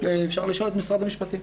אפשר לשאול את משרד המשפטים.